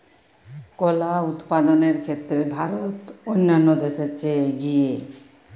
কলা উৎপাদনের ক্ষেত্রে ভারত অন্যান্য দেশের চেয়ে এগিয়ে